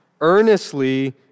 earnestly